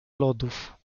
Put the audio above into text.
lodów